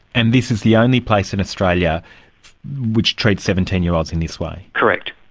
and this is the only place in australia which treats seventeen year olds in this way? correct.